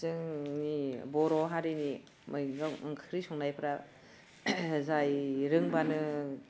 जोंनि बर' हारिनि मैगं ओंख्रि संनायफ्रा जाय रोंबानो